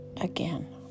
again